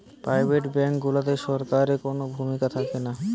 private bank গুলাতে সরকারের কুনো ভূমিকা থাকেনা